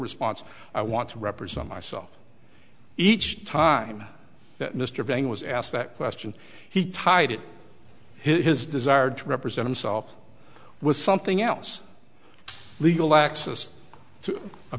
response i want to represent myself each time that mr vang was asked that question he tied his desire to represent himself with something else legal access to a